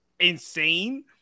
insane